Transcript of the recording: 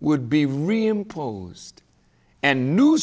would be reimposed and new